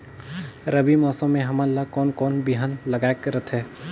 रबी मौसम मे हमन ला कोन कोन बिहान लगायेक रथे?